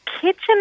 kitchen